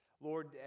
Lord